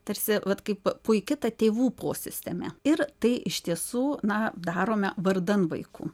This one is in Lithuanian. tarsi vat kaip puiki ta tėvų posistemė ir tai iš tiesų na darome vardan vaikų